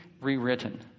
rewritten